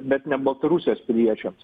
bet ne baltarusijos piliečiams